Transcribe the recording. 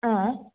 ಹಾಂ